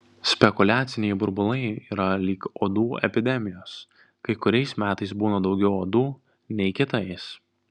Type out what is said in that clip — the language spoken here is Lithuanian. spekuliaciniai burbulai yra lyg uodų epidemijos kai kuriais metais būna daugiau uodų nei kitais